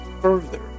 further